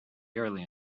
early